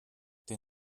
der